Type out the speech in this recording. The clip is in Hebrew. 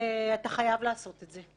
אתה חייב לעשות את זה.